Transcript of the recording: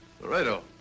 Laredo